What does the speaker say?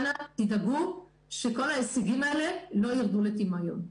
אנא תדאגו שכל ההישגים האלה לא ירדו לטמיון.